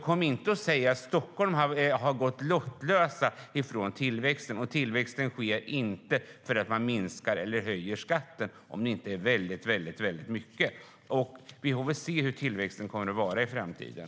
Kom inte och säg att Stockholm har gått lottlöst från tillväxten! Tillväxten sker inte för att man minskar eller höjer skatten, om det inte är väldigt mycket. Vi får väl se hur tillväxten kommer att vara i framtiden.